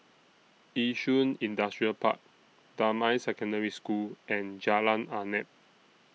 Yishun Industrial Park Damai Secondary School and Jalan Arnap